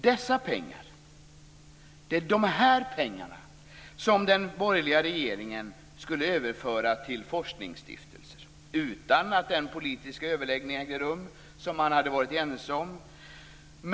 Det är dessa pengar som den borgerliga regeringen skulle överföra till forskningsstiftelser, utan att den politiska överläggning som man hade varit ense om ägde rum.